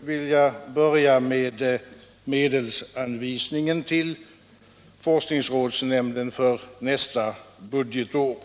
vilja börja med medelsanvisningen till forskningsrådsnämnden för nästa budgetår.